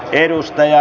edustaja